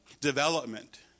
development